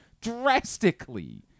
Drastically